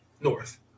North